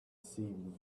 seemed